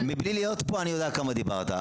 מבלי להיות פה אני יודע כמה דיברת.